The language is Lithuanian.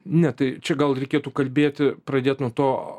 ne tai čia gal reikėtų kalbėti pradėt nuo to